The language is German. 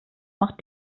macht